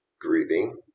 grieving